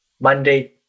Monday